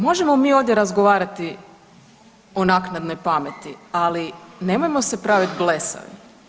Možemo mi ovdje razgovarati o naknadnoj pameti, ali nemojmo se pravit blesavi.